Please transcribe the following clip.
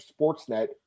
Sportsnet